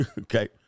Okay